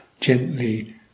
gently